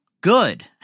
good